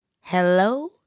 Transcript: Hello